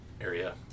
area